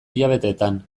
hilabeteetan